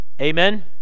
Amen